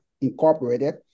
Incorporated